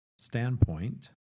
standpoint